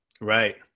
Right